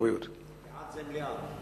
בעד זה מליאה.